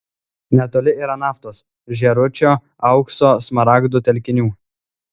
netoli yra naftos žėručio aukso smaragdų telkinių